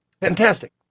Fantastic